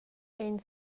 ein